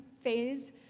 phase